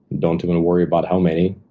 don't even worry about how many,